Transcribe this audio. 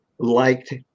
Liked